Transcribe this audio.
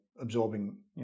absorbing